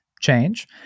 change